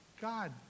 God